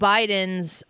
Biden's